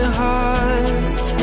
heart